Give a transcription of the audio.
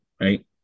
Right